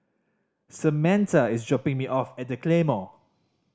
Samantha is dropping me off at The Claymore